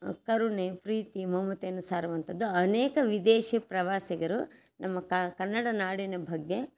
ಕರುಣೆ ಪ್ರೀತಿ ಮಮತೆಯನ್ನು ಸಾರುವಂಥದ್ದು ಅನೇಕ ವಿದೇಶಿ ಪ್ರವಾಸಿಗರು ನಮ್ಮ ಕನ್ನಡ ನಾಡಿನ ಬಗ್ಗೆ